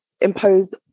impose